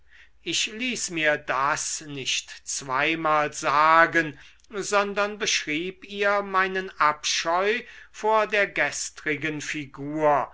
ich ließ mir das nicht zweimal sagen sondern beschrieb ihr meinen abscheu vor der gestrigen figur